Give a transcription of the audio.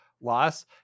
loss